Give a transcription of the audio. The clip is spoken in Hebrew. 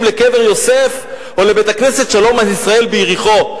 לקבר יוסף או לבית-הכנסת "שלום על ישראל" ביריחו.